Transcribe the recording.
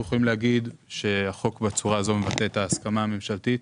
אנחנו יכולים להגיד שהחוק בצורה הזו מבטא את ההסכמה הממשלתית